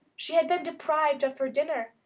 she had been deprived of her dinner,